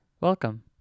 Welcome